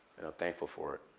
thankful for it.